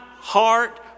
heart